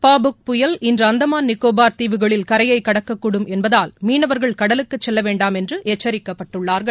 பாபுக் புயல் இன்று அந்தமான் நிக்கோபார் தீவுகளில் கரையை கடக்கக்கூடும் என்பதால் மீனவர்கள் கடலுக்கு செல்லவேண்டாம் என்று எச்சரிக்கப்பட்டுள்ளார்கள்